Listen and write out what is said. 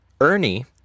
Ernie